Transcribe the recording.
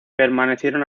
permanecieron